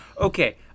Okay